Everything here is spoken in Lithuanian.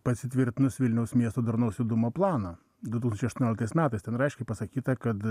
pasitvirtinus vilniaus miesto darnaus judumo planą du tūkstančiai aštuonioliktais metais ten yra aiškiai pasakyta kad